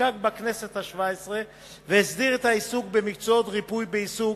נחקק בכנסת השבע-עשרה והסדיר את העיסוק במקצועות ריפוי בעיסוק,